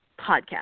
podcast